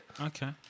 Okay